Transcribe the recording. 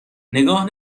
نگاه